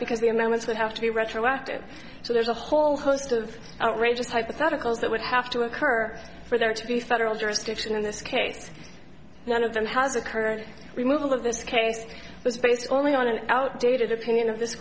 because the a moment would have to be retroactive so there's a whole host of outrageous hypotheticals that would have to occur for there to be federal jurisdiction in this case none of them has occurred removal of this case was based only on an outdated opinion of this